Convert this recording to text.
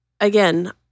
again